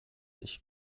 sich